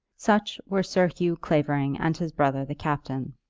such were sir hugh clavering and his brother the captain.